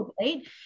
right